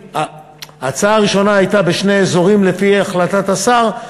ההצעה הראשונה הייתה בשני אזורים לפי החלטת השר,